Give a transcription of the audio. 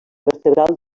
vertebral